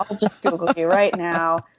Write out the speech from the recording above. ah just google you right now.